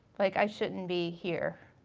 like i shouldn't be here.